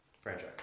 Franchise